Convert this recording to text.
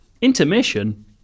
Intermission